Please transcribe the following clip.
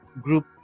group